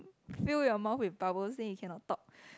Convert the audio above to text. fill your mouth with bubbles then you cannot talk